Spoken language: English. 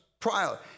trial